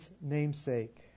namesake